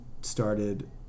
started